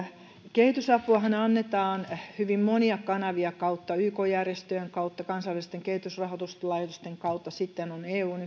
kehitysapuahan annetaan hyvin monien kanavien kautta ykn järjestöjen kautta kansainvälisten kehitysrahoituslaitosten kautta sitten on eun